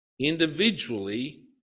individually